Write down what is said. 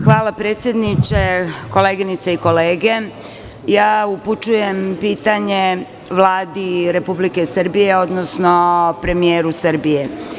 Hvala predsedniče, koleginice i kolege, upućujem pitanje Vladi Republike Srbije, odnosno premijeru Srbije.